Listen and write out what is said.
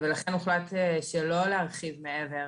ולכן הוחלט שלא להרחיב מעבר.